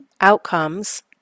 outcomes